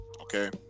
okay